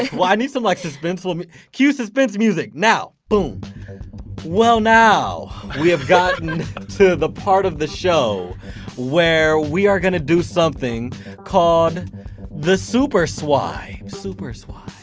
need some like, suspenseful, um cue suspense music! now! but um well, now we have gotten to the part of the show where we are going to do something called the super swipe, super swipe,